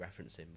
referencing